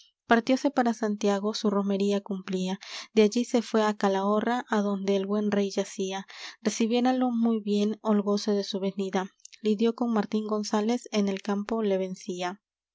partióse para santiago su romería cumplía de allí se fué á calahorra adonde el buen rey yacía recibiéralo muy bien holgóse de su venida lidió con martín gonzález en el campo le vencía